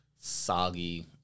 soggy